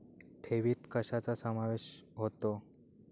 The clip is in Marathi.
ठेवीत कशाचा समावेश होतो?